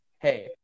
hey